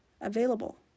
available